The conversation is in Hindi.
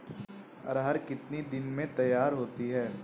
अरहर कितनी दिन में तैयार होती है?